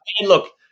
Look